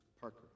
Parker